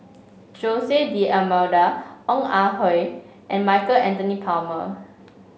Jose D'Almeida Ong Ah Hoi and Michael Anthony Palmer